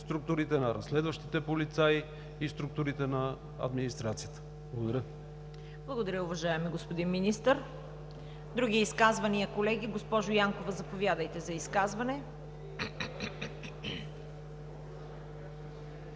структурите на разследващите полицаи и структурите на администрацията. Благодаря. ПРЕДСЕДАТЕЛ ЦВЕТА КАРАЯНЧЕВА: Благодаря, уважаеми господин Министър. Други изказвания, колеги? Госпожо Янкова, заповядайте за изказване.